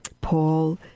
Paul